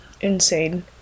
Insane